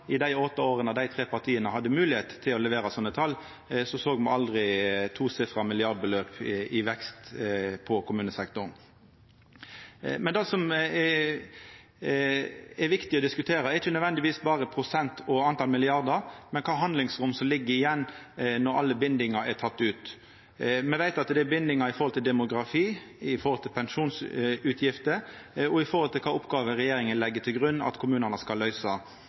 i dei åtte åra desse tre partia hadde moglegheit til å levera slike tal? Då såg me aldri tosifra milliardbeløp i vekst for kommunesektoren. Men det som er viktig å diskutera, er ikkje nødvendigvis berre prosent og talet på milliardar, men kva handlingsrom som ligg igjen når alle bindingar er tekne ut. Me veit at det er bindingar når det gjeld demografi, pensjonsutgifter og kva oppgåver regjeringa legg til grunn at kommunane skal løysa.